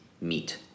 meat